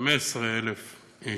15,000 איש.